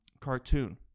cartoon